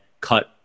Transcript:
cut